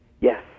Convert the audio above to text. Yes